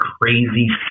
crazy